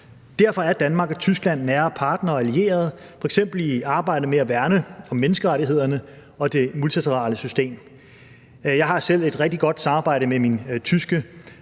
Derfor er Danmark og Tyskland nære partnere og allierede, f.eks. i arbejdet med at værne om menneskerettighederne og det multilaterale system. Jeg har selv et rigtig godt samarbejde med min tyske